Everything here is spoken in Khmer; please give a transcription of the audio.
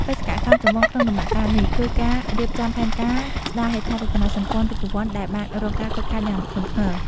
បេសកកម្មចម្បងក្នុងដំណាក់កាលនេះ គឺការរៀបចំផែនការស្តារហេដ្ឋារចនាសម្ព័ន្ធរូបវន្តដែលបានរងការខូចខាតយ៉ាងធ្ងន់ធ្ងរ។